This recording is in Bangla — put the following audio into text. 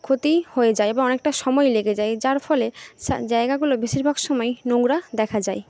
ক্ষতিই হয়ে যায় এবং অনেকটা সময় লেগে যায় যার ফলে জায়গাগুলো বেশিরভাগ সময়ই নোংরা দেখা যায়